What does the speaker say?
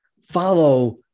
follow